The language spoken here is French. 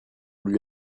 lui